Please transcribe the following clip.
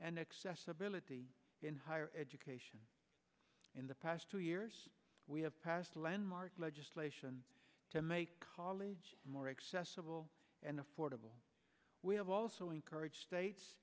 and accessibility in higher education in the past two years we have passed landmark legislation to make college more accessible and affordable we have also encouraged states